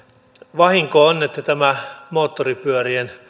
vahinko on että moottoripyörien